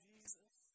Jesus